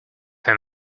him